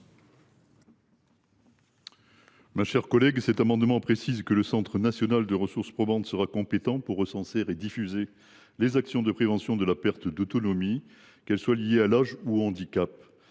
la commission ? Cet amendement tend à préciser que le centre national de ressources probantes sera compétent pour recenser et diffuser les actions de prévention de la perte d’autonomie, que celle ci soit liée à l’âge ou au handicap.